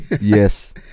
yes